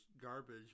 garbage